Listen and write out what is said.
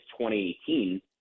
2018